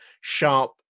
sharp